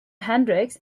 hendrix